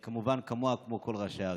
כמובן, כמוה כמו כל ראשי הערים.